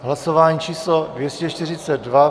Hlasování číslo 242.